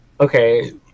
Okay